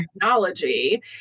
technology